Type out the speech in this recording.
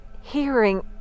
hearing